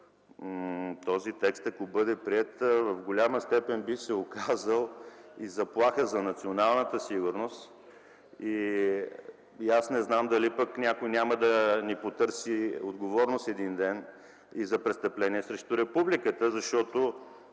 този текст, ако бъде приет, в голяма степен би се оказал и заплаха за националната сигурност. Аз не знам дали пък някой няма да ни потърси отговорност един ден и за престъпление срещу Републиката. Може